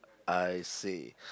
I see